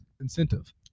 incentive